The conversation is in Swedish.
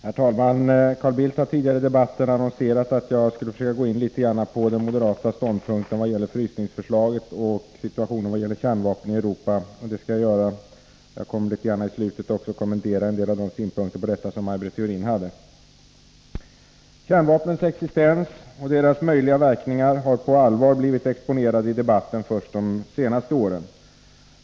Herr talman! Carl Bildt har tidigare i debatten annonserat att jag skall gå in litet grand på de moderata ståndpunkterna när det gäller frysningsförslaget och situationen när det gäller kärnvapnen i Europa. Jag kommer i slutet av anförandet att litet grand kommentera en del av de synpunkter som Maj Britt Theorin hade på detta. Kärnvapnens existens och deras möjliga verkningar har på allvar blivit exponerade i debatten först under de senaste åren.